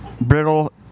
brittle